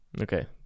Okay